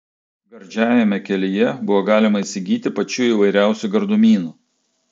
gardžiajame kelyje buvo galima įsigyti pačių įvairiausių gardumynų